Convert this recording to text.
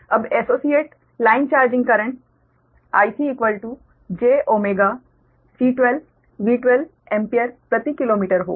अब associate line charging current IcjC12V12 ampere प्रति kilometre होगी